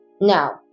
now